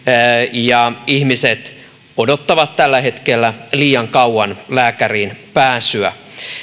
ja ihmiset odottavat tällä hetkellä liian kauan lääkäriin pääsyä